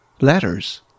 letters